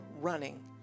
running